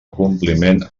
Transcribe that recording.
compliment